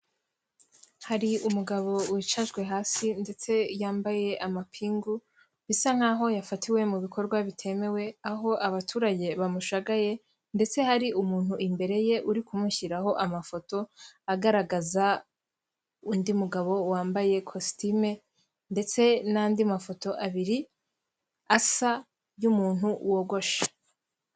Hari umugabo wicajwe hasi ndetse yambaye amapingu bisa nk'aho yafatiwe mu bikorwa bitemewe, aho abaturage bamushagaye ndetse hari umuntu imbere ye uri kumushyiraho amafoto agaragaza undi mugabo wambaye kositume ndetse n'andi mafoto abiri asa y'umuntu wogosha.